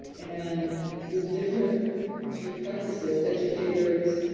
and with different sort of practices, educators,